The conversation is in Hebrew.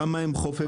כמה הם חופפים,